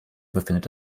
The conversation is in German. befindet